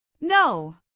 No